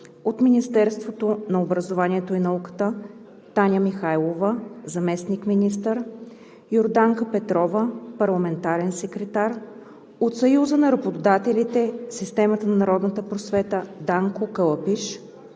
от Министерството на образованието и науката: Таня Михайлова – заместник-министър, Йорданка Петрова – парламентарен секретар; от Съюза на работодателите в системата на народната просвета: Данко Калапиш;